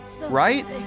right